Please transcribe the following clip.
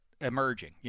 emerging